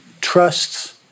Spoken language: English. trusts